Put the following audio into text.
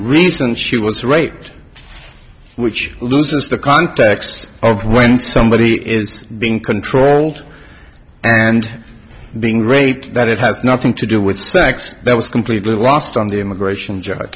reason she was raped which loses the context of when somebody is being controlled and being raped that it has nothing to do with sex that was completely lost on the immigration j